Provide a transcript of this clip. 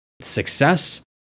success